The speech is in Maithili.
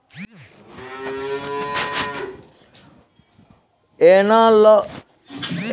एनालाँक वानिकी वन कैना विस्तार होतै होकरा पर विशेष ध्यान देलो जाय छै